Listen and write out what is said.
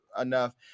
enough